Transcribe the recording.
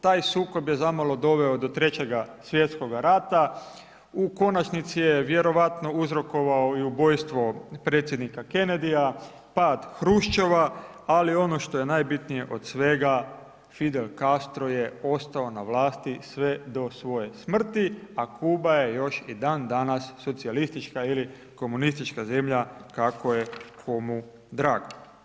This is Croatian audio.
Taj sukob je zamalo doveo do Trećega svjetskoga rata, u konačnici je vjerojatno uzrokovao i ubojstvo predsjednika Kennedyja , pad Hruščova ali ono što je najbitnije od svega Fidel Castro je ostao na vlasti sve do svoje smrti a Kuba je još i dan danas socijalistička ili komunistička zemlja kako je komu drago.